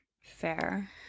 Fair